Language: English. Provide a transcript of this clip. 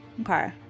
Okay